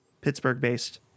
pittsburgh-based